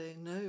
no